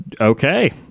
Okay